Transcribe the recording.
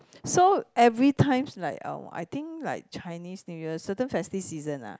so every times like our I think like Chinese New Year certain festive season lah